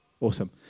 Awesome